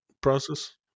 process